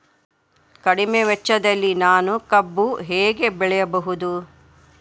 ಕಡಿಮೆ ವೆಚ್ಚದಲ್ಲಿ ನಾನು ಕಬ್ಬು ಹೇಗೆ ಬೆಳೆಯಬಹುದು?